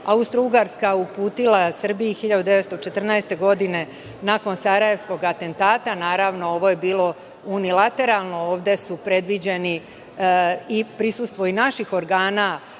Austrougarska uputila Srbiji 1914. godine nakon Sarajevskog atentata. Naravno, ovo je bilo unilateralno, ovde je predviđeno i prisustvo i naših organa